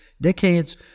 decades